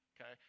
okay